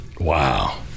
Wow